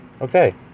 okay